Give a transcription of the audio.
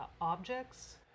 objects